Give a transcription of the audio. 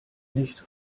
nicht